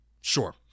Sure